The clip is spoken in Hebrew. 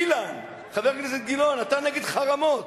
אילן, חבר הכנסת גילאון, אתה נגד חרמות.